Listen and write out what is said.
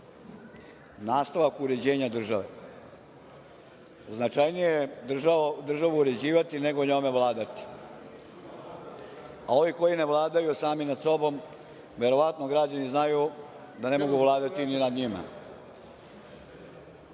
nastavak uređenja države. Značajnije je državu uređivati nego njome vladati. A ovi koji ne vladaju sami nad sobom, verovatno građani znaju da ne mogu vladati ni nad njima. Država